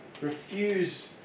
refuse